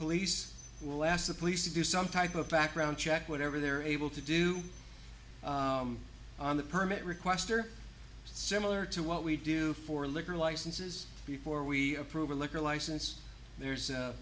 police will ask the police to do some type of background check whatever they're able to do on the permit request or similar to what we do for liquor licenses before we approve a liquor license there's